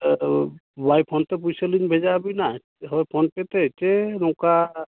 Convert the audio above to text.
ᱵᱟᱭ PhonePe ᱯᱚᱭᱥᱟ ᱞᱤᱧ ᱵᱷᱮᱡᱟ ᱟᱹᱵᱤᱱᱟ ᱦᱳᱭ ᱯᱷᱳᱱᱯᱮᱛᱮ ᱥᱮ ᱱᱚᱝᱠᱟ